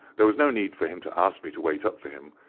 there was no need for him to ask me to wait up for him,